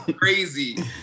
Crazy